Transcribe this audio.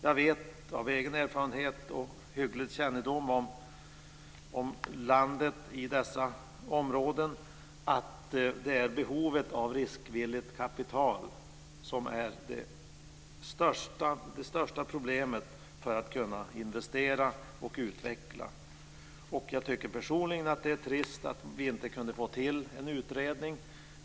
Jag vet av egen erfarenhet och hygglig kännedom om landet i dessa områden att det är behovet av riskvilligt kapital som är det största problemet när det gäller att investera och utveckla. Jag tycker personligen att det är trist att vi inte kunde få till en utredning.